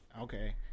Okay